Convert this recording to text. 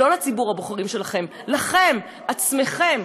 לא לציבור הבוחרים שלכם, לכם, עצמכם.